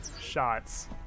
shots